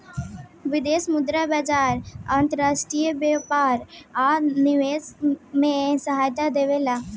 विदेशी मुद्रा बाजार अंतर्राष्ट्रीय व्यापार आ निवेश में सहायता देबेला